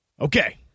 Okay